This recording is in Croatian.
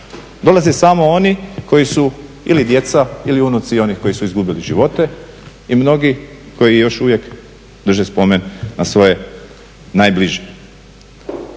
Dolaze samo oni koji su ili djeca ili unuci onih koji su izgubili živote i mnogi koji još uvijek drže spomen na svoje najbliže.